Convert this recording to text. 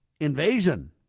invasion